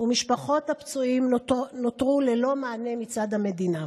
ומשפחות הפצועים נותרו ללא מענה מצד המדינה.